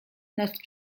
nad